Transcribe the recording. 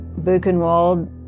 Buchenwald